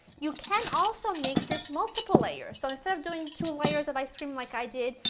you can also make this multiple layer. so instead of doing two layers of ice cream like i did,